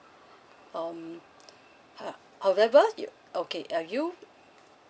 um uh however you okay uh you